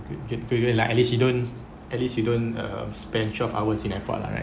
at least you don't at least you don't uh spend twelve hours in airport lah right